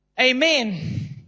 Amen